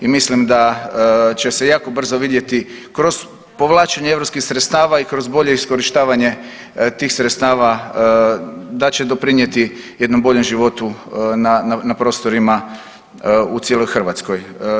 I mislim da će se jako brzo vidjeti kroz povlačenje europskih sredstava i kroz bolje iskorištavanje tih sredstava da će doprinijeti jednom boljem životu na prostorima u cijeloj Hrvatskoj.